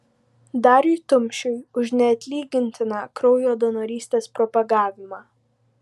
dariui tumšiui už neatlygintiną kraujo donorystės propagavimą